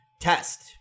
Test